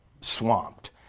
swamped